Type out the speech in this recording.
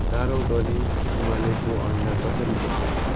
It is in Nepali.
साह्रो गरी उमालेको अन्डा कसरी पकाऊँ